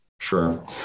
Sure